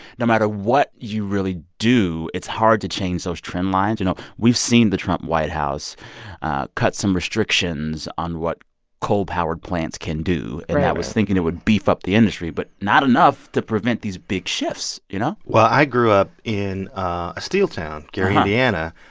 no matter what you really do, it's hard to change those trendlines. you know, we've seen the trump white house cut some restrictions on what coal-powered plants can do that was thinking it would beef up the industry but not enough to prevent these big shifts. you know? well, i grew up in a steel town, gary, ind, and